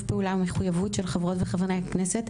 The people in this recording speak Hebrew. פעולה ומחויבות של חברות וחברי הכנסת,